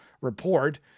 report